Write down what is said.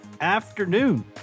afternoon